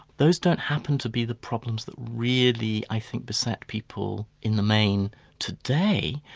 those don't happen to be the problems that really, i think, beset people in the main today.